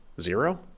Zero